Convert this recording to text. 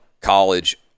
college